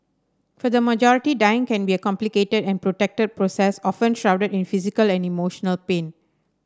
for the majority dying can be a complicated and protracted process often shrouded in physical and emotional pain